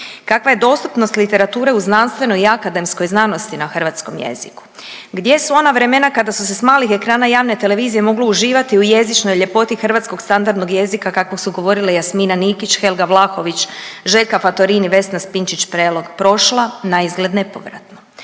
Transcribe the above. Kakva je dostupnost literature u znanstvenoj i akademskoj znanosti na hrvatskom jeziku? Gdje su ona vremena kada su se sa malih ekrana javne televizije moglo uživati u jezičnoj ljepoti hrvatskog standardnog jezika kakvog su govorile Jasmina Nikić, Helga Vlahović, Željka Fatorini, Vesna Spinčić Prelog prošla naizgled nepovratno.